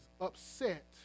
upset